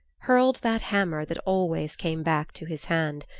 hurled that hammer that always came back to his hand.